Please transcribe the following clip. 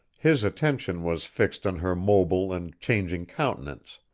his attention was fixed on her mobile and changing countenance,